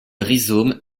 rhizome